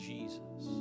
Jesus